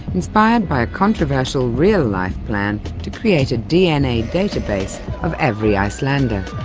inspired by a controversial real-life plan to create a dna database of every icelander.